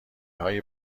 های